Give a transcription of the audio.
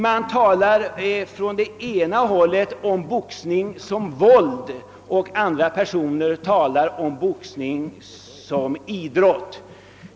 Man talar från det ena hållet om boxning som våld, från det andra hållet om boxning som idrott.